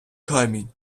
камінь